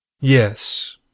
Yes